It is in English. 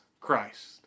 Christ